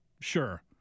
sure